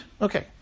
okay